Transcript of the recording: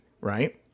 Right